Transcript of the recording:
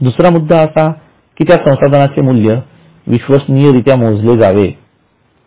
दुसरा मुद्दा असा कि त्या संसाधनाचे मूल्य विश्वसनीय रित्या मोजले जावे